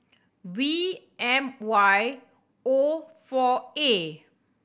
V M Y O four A